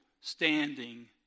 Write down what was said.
standing